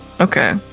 okay